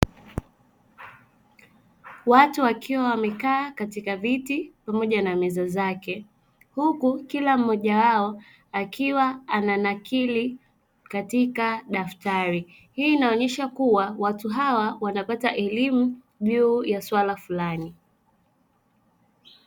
Watu wakiwa wamekaa katika viti pamoja na meza zake huku kila mmoja wao akiwa ananakiri katika daftari. Hii inaonyesha watu hawa wanapata elimu juu ya swala fulani.